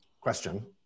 question